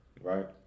Right